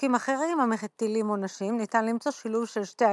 בחוקים אחרים המטילים עונשים ניתן למצוא שילוב של שתי הגישות.